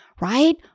right